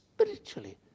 spiritually